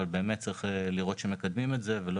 אבל באמת צריך לראות שמקדמים את זה ולא